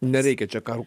nereikia čia karo